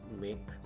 make